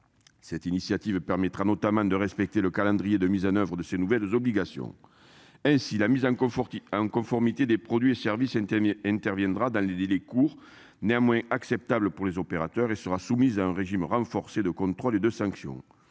Cette initiative permettra notamment de respecter le calendrier de mise en oeuvre de ces nouvelles obligations. Et si la mise en confort qui a en conformité des produits et services intervient interviendra dans les les les cours néanmoins acceptable pour les opérateurs et sera soumise à un régime renforcé de contrôle et de sanctions.